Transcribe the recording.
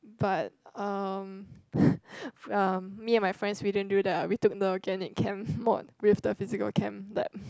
but um um me and my friends we didn't do that ah we took the organic chem mod with the physical chem lab